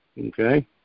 okay